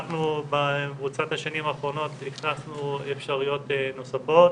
אנחנו במרוצת השנים האחרונות הכנסנו אפשרויות נוספות,